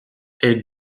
elle